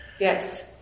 Yes